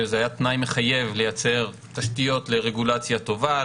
שזה היה תנאי מחייב לייצר תשתיות לרגולציה טובה,